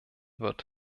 wird